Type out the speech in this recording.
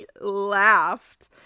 laughed